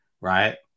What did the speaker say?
right